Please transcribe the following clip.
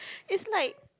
it's like